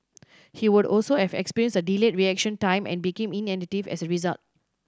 he would also have experienced a delayed reaction time and became inattentive as a result